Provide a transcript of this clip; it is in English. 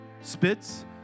spits